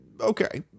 Okay